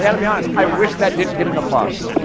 yeah to be honest. i wish that didn't get an applause.